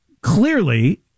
Clearly